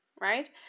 Right